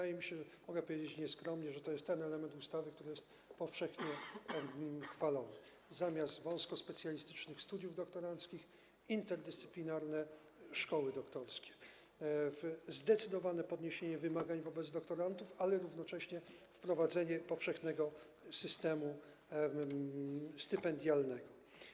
Wydaje mi się, mogę powiedzieć nieskromnie, że to jest ten element ustawy, który jest powszechnie chwalony: zamiast wąskospecjalistycznych studiów doktoranckich - interdyscyplinarne szkoły doktorskie, zdecydowane podniesienie wymagań wobec doktorantów, ale równocześnie wprowadzenie powszechnego systemu stypendialnego.